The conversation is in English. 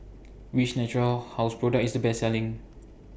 Which Natura House Product IS The Best Selling